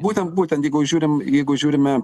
būtent būtent jeigu žiūrim jeigu žiūrime